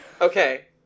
Okay